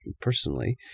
personally